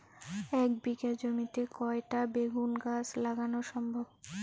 এক বিঘা জমিতে কয়টা বেগুন গাছ লাগানো সম্ভব?